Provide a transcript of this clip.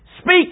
speak